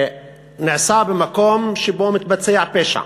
נעשה במקום שבו מתבצע פשע